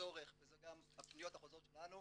צורך וזה גם הפניות החוזרות שלנו,